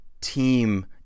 team